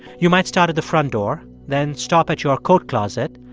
you might start at the front door, then stop at your coat closet,